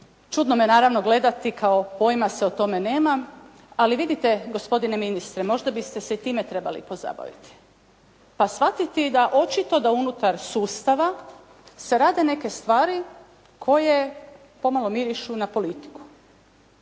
čudno me naravno gledate, kao pojma se o tome nemam. Ali vidite gospodine ministre, možda biste se i time trebali pozabaviti, pa shvatiti da očito da unutar sustava se rade neke stvari koje pomalo mirišu na politiku.